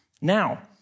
Now